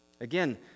Again